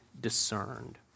discerned